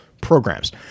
programs